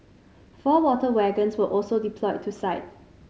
four water wagons were also deployed to site